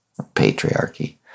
patriarchy